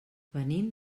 venim